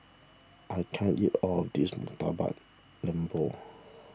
I can't eat all of this Murtabak Lembu